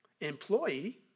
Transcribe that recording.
employee